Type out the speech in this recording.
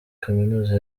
kaminuza